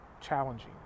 challenging